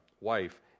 wife